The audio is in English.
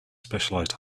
specialized